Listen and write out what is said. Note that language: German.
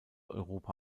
europa